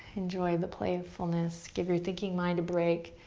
enjoy the playfulness. give your thinking mind a break.